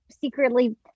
secretly